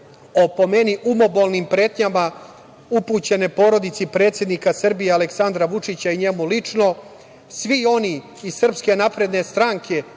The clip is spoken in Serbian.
o po meni umobolnim pretnjama upućene porodici predsednika Srbije Aleksandra Vučića i njemu lično. Svi oni iz SNS i članovi